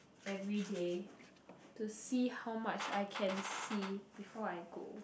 everyday to see how much I can see before I go